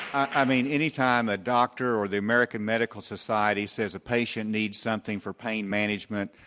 i mean, any time a doctor or the american medical society says a patient needs something for pain management,